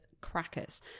crackers